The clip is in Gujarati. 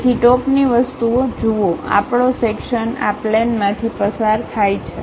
તેથી ટોપની વસ્તુ જુઓ આપણો સેક્શન આ પ્લેનમાંથી પસાર થાય છે